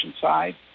side